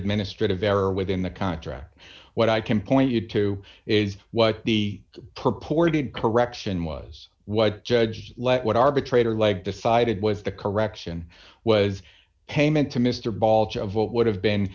administrative error within the contract what i can point you to is what the purported correction was what judge let what arbitrator leg decided was the correction was payment to mr baulch of what would have been